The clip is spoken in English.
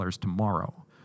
tomorrow